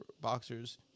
boxers